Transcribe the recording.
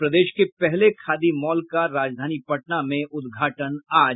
और प्रदेश के पहले खादी मॉल का राजधानी पटना में उद्घाटन आज